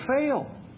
fail